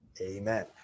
Amen